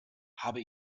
habe